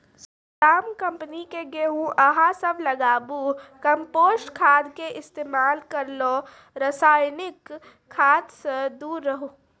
स्री Ram company के गेहूँ अहाँ सब लगाबु कम्पोस्ट खाद के इस्तेमाल करहो रासायनिक खाद से दूर रहूँ?